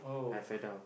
I fell down